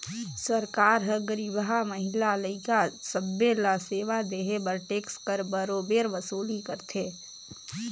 सरकार हर गरीबहा, महिला, लइका सब्बे ल सेवा देहे बर टेक्स कर बरोबेर वसूली करथे